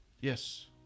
Yes